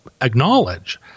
acknowledge